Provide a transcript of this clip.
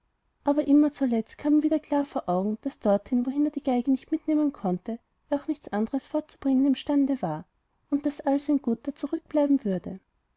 aber immer zuletzt kam ihm wieder klar vor augen daß dorthin wohin er die geige nicht mitnehmen konnte er auch nichts anderes fortzubringen imstande war und daß all sein gut da zurückbleiben würde